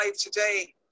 today